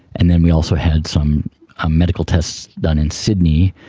and then we also had some ah medical tests done in sydney,